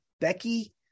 Becky